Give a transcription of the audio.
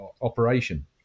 operation